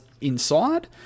inside